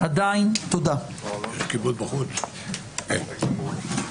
תודה רבה, הישיבה נעולה.